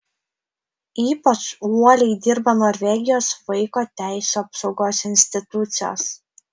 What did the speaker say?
ypač uoliai dirba norvegijos vaiko teisių apsaugos institucijos